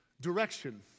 direction